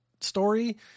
story